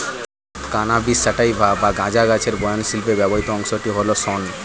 cannabis sativa বা গাঁজা গাছের বয়ন শিল্পে ব্যবহৃত অংশটি হল শন